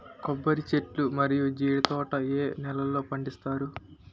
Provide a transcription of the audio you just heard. కొబ్బరి చెట్లు మరియు జీడీ తోట ఏ నేలల్లో పండిస్తారు?